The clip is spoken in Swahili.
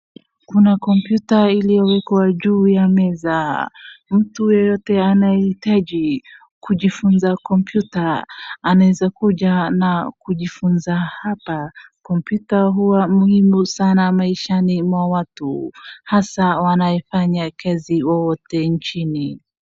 Kuna computer iliowekwa juu ya meza. Mtu yeyote anahitaji kujifunza computer anaeza kuja na kujifunza. Hapa comptuter huwa muhimu sana maishani mwa watu hasa wanaefanya kazi wowote nchini.